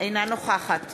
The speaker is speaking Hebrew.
אינה נוכחת